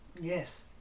Yes